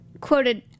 quoted